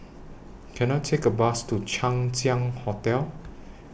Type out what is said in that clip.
Can I Take A Bus to Chang Ziang Hotel